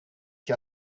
que